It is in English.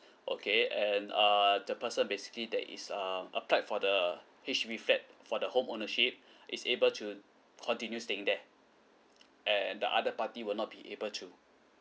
okay and uh the person basically that is um applied for the H_D_B flat for the home ownership is able to continue staying there and the other party will not be able to